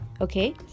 okay